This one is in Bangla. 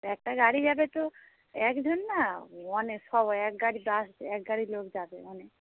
একটা গাড়ি যাবে তো একজন না অনেক সব এক গাড়ি বাস এক গাড়ি লোক যাবে অনেক